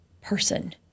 person